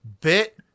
Bit